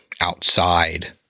outside